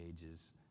ages